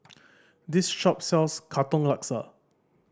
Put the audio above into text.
this shop sells Katong Laksa